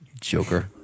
Joker